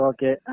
Okay